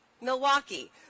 Milwaukee